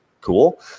cool